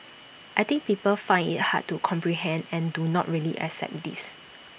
I think people find IT hard to comprehend and do not really accept this